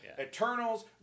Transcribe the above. Eternals